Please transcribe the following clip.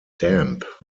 damp